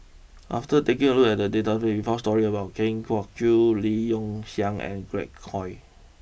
after taking a look at the database we found stories about Kwa Geok Choo Lim Yong Liang and Glen Goei